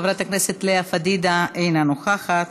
חברת הכנסת לאה פדידה, אינה נוכחת,